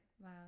wow